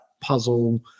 puzzle